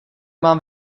mám